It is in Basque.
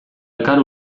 elkar